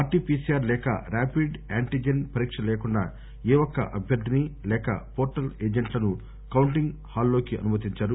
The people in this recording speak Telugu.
ఆర్టీపీసీఆర్ లేక ర్యాపిడ్ యాంటీజెన్ పరీక్ష లేకుండా ఏ ఒక్క అభ్యర్ధిని లేక పోల్ ఏజెంట్లను కౌంటింగ్ హాల్లోకి అనుమతించరు